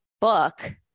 book